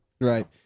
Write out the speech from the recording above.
Right